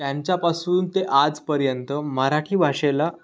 यांच्यापासून ते आजपर्यंत मराठी भाषेला